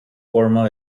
formal